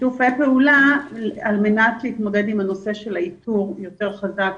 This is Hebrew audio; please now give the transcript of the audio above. שיתופי הפעולה על מנת להתמודד עם הנושא של האיתור יותר חזק,